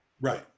right